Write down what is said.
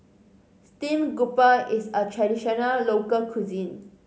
stream grouper is a traditional local cuisine